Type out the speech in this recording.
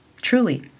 truly